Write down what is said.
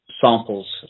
samples